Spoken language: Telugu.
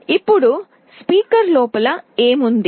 ఇప్పుడు స్పీకర్ లోపల ఏమి ఉంది